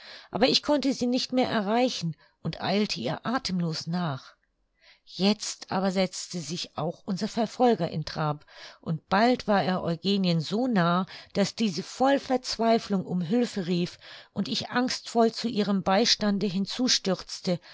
aber ich konnte sie nicht mehr erreichen und eilte ihr athemlos nach jetzt aber setzte sich auch unser verfolger in trab und bald war er eugenien so nah daß diese voll verzweiflung um hülfe rief und ich angstvoll zu ihrem beistande